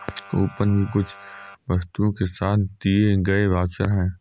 coupon भी कुछ वस्तुओं के साथ दिए गए वाउचर है